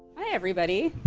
hi, everybody.